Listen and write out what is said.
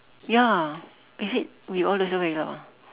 ya is it we all also